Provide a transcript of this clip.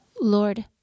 Lord